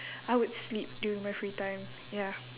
I would sleep during my free time ya